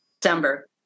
december